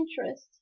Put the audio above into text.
interest